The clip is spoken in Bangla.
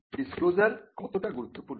ডিসক্লোজার কতটা গুরুত্বপূর্ণ